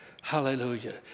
Hallelujah